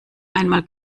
einmal